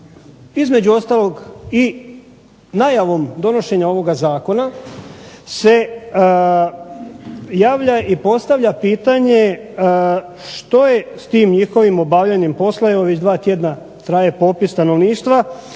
između ostalog i najavom donošenja ovoga zakona se javlja i postavlja pitanje što je s tim njihovim obavljanjem posla, evo već dva tjedna traje popis stanovništva,